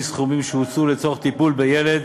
סכומים שהוצאו לצורך טיפול בילד),